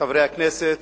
חברי הכנסת,